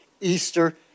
Easter